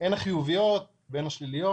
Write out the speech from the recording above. הן החיוביות והן השליליות.